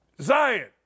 Zion